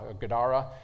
Gadara